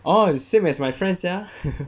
orh same as my friend sia